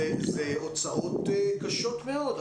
אלה הוצאות קשות מאוד.